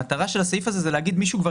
המטרה של הסעיף הזה היא לומר שמי שכבר